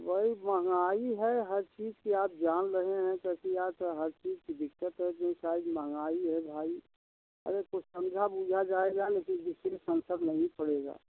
भाई महंगाई है हर चीज़ की आप जान रहे हैं क्योंकि आज हर चीज़ की दिक्कत है जो सारी महंगाई है भाई अरे कुछ समझा बुझा जाएगा लेकिन दूसरे नहीं पड़ेगा